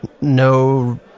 no